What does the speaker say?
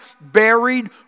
buried